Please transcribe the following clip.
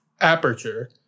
aperture